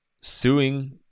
suing